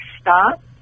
stop